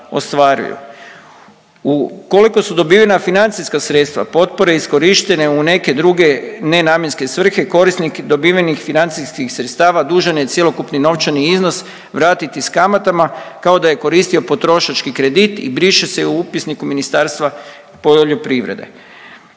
Ukoliko su dobivana financijska sredstva potpore iskorištene u neke druge nenamjenske svrhe, korisnik dobivenih financijskih sredstava dužan je cjelokupni novčani iznos vratiti s kamatama, kao da je koristio potrošački kredit i briše se i u upisniku Ministarstva poljoprivrede.